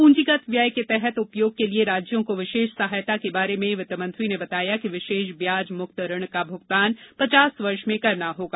पूंजीगत व्यय के तहत उपयोग के लिए राज्यों को विशेष सहायता के बारे में वित्तमंत्री ने बताया कि विशेष ब्याज मुक्त ऋण का भुगतान पचास वर्ष में करना होगा